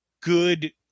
good